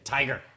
Tiger